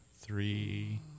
three